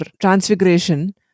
transfiguration